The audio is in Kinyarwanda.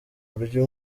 buryo